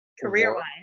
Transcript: Career-wise